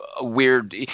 weird